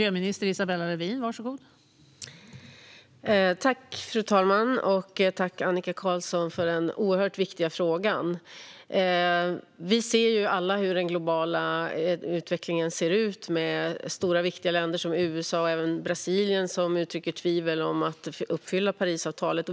Fru talman! Tack, Annika Qarlsson, för den oerhört viktiga frågan! Vi ser alla hur den globala utvecklingen ser ut med stora, viktiga länder som USA och även Brasilien som uttrycker tveksamhet till att uppfylla Parisavtalet.